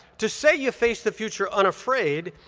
to say you face the future unafraid,